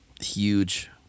huge